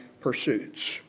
pursuits